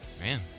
Man